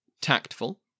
tactful